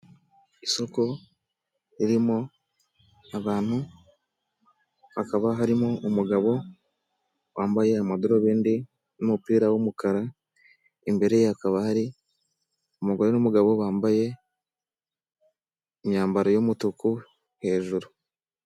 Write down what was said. Isoko ririmo abantu, hakaba harimo umugabo wambaye amadarubindi n'umupira w'umukara, imbere hakaba hari umugore n'umugabo bambaye imyambaro y'umutuku hejuru.